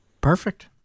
Perfect